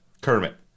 Kermit